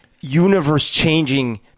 universe-changing